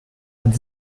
hat